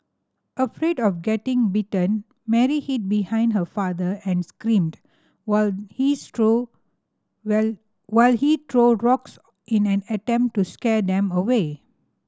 afraid of getting bitten Mary hid behind her father and screamed while he threw while while he threw rocks in an attempt to scare them away